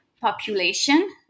population